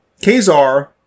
Kazar